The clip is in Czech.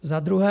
Za druhé.